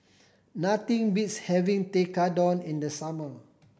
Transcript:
nothing beats having Tekkadon in the summer